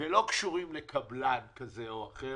ולא קשורים לקבלן כזה או אחר,